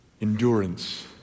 Endurance